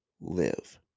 live